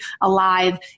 alive